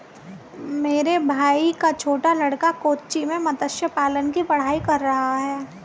मेरे भाई का छोटा लड़का कोच्चि में मत्स्य पालन की पढ़ाई कर रहा है